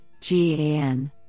GAN